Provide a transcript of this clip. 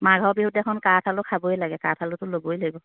মাঘৰ বিহুত দেখোন কাঠ আলু খাবই লাগে কাঠ আলুটো ল'বই লাগিব